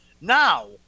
Now